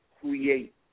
create